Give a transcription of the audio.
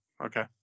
okay